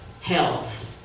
health